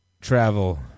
travel